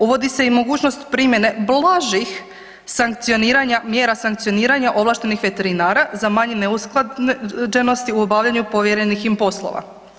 Uvodi se i mogućnost primjene blažih sankcioniranja, mjera sankcioniranja ovlaštenih veterinara za manjom neusklađenosti u obavljaju povjerenih im poslova.